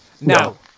no